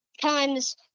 times